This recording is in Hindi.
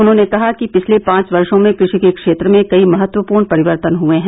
उन्होंने कहा कि पिछले पांच वर्शो में कृशि के क्षेत्र में कई महत्वपूर्ण परिवर्तन हये हैं